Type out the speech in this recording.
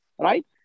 right